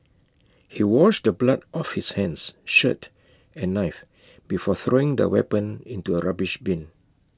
he washed the blood off his hands shirt and knife before throwing the weapon into A rubbish bin